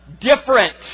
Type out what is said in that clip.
Different